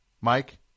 Mike